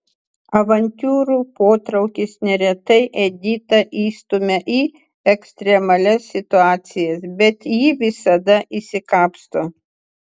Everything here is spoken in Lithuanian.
avantiūrų potraukis neretai editą įstumia į ekstremalias situacijas bet ji visada išsikapsto